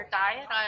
diet